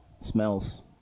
smells